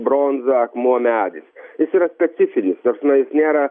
bronza akmuo medis jis yra specifinis ta prasme jis nėra